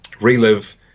Relive